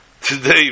today